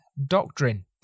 doctrine